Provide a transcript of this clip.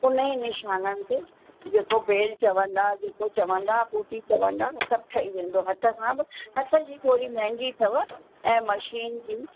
हुन ई निशाननि ते जेको बेल चवंदा जेको चवंदा बूटी चवंदा सभु ठही वेंदो हथ सां बि हथ जी थोरी महांगी अथव ऐं मशीन जी